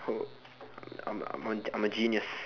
I'm I'm I'm a genius